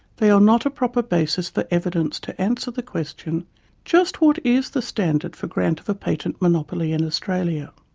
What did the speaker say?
they are not a proper basis for evidence to answer the question just what is the standard for grant of a patent monopoly in australia?